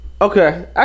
Okay